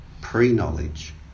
pre-knowledge